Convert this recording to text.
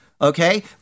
Okay